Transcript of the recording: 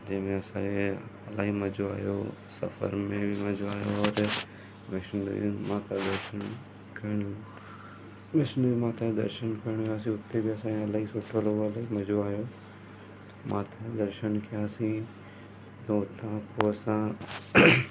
जंहिंमें असांखे इलाही मज़ो आयो सफ़र में बि मज़ो आहियो होॾे वैष्णो देवी माउ का दर्शन करणु वैष्णो देवी माता जा दर्शन करणु वियासीं हुते बि असांखे इलाही सुठो लॻो इलाही मज़ो आहियो माता जा दर्शन कयासीं त हुतां पोइ असां